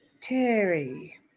Terry